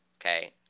Okay